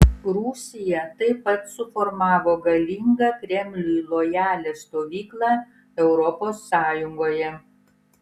rusija taip pat suformavo galingą kremliui lojalią stovyklą europos sąjungoje